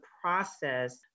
process